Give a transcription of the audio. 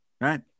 Right